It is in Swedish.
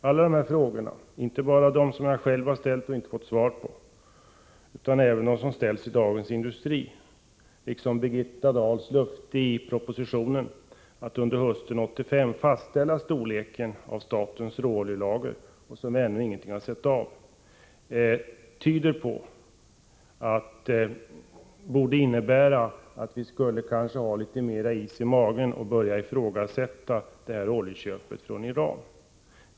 Alla de här frågorna, inte bara de jag själv har ställt och inte fått svar på, utan även de som ställs i Dagens Industri, liksom Birgitta Dahls löfte i propositionen att under hösten 1985 fastställa storleken på statens råoljelager, vilket vi ännu inte har sett något av, borde innebära att vi kanske skulle ha litet mer is i magen och börja ifrågasätta oljeköpet från Iran.